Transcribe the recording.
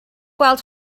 gweld